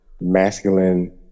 masculine